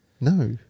No